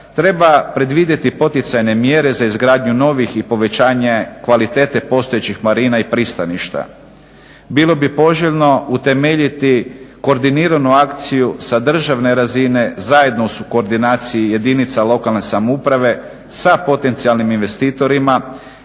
treba predvidjeti poticajne mjere za izgradnju novih i povećanje kvalitete postojećih marina i pristaništa. Bilo bi poželjno utemeljiti koordiniranu akciju sa državne razine zajedno u sukordinaciji jedinica lokalne samouprave sa potencijalnim investitorima